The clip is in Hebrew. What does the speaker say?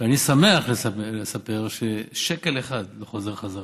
אני שמח לספר ששקל אחד לא חוזר חזרה,